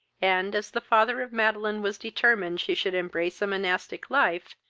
and, as the father of madeline was determined she should embrace a monastic life,